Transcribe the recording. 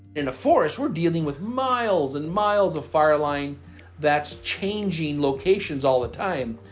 in the forest, we're dealing with miles and miles of fire line that's changing locations all the time,